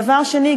ודבר שני,